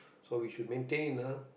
so we should maintain ah